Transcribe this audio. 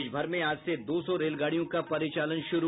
देशभर में आज से दो सौ रेलगाड़ियों का परिचालन शुरू